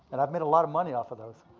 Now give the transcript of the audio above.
and i've made a lotta money off of those.